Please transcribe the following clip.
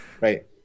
right